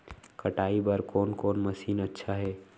कटाई बर कोन कोन मशीन अच्छा हे?